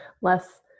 less